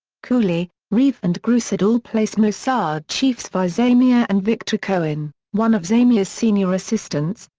cooley, reeve and groussard all place mossad chief zvi zamir and victor cohen, one of zamir's senior assistants,